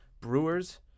Brewers